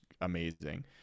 amazing